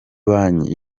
banki